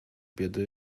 biedy